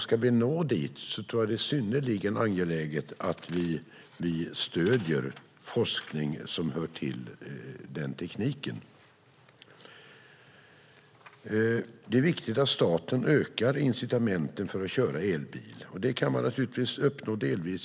Ska vi nå dit är det synnerligen angeläget att vi stöder forskning som hör till den tekniken. Det är viktigt att staten ökar incitamenten för att köra elbil. Det kan man naturligtvis delvis uppnå